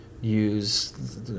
use